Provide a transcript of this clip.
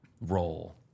role